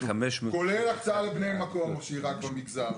כולל הקצאה לבני מקום שהיא רק במגזר.